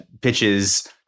pitches